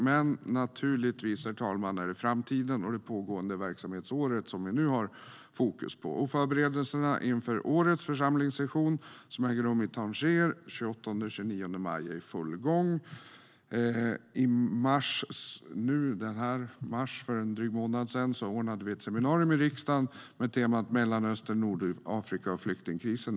Men, herr talman, det är naturligtvis framtiden och det pågående verksamhetsåret som vi nu har fokus på. Förberedelserna inför årets församlingssession, som äger rum i Tanger den 28-29 maj, är i full gång. I mars, för drygt en månad sedan, ordnade vi ett seminarium i riksdagen med temat Mellanöstern, Nordafrika och flyktingkrisen.